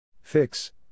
Fix